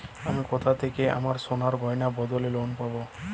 আমি কোথা থেকে আমার সোনার গয়নার বদলে লোন পাবো?